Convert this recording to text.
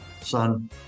Son